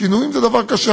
שינויים זה דבר קשה,